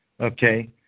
Okay